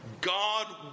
God